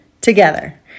together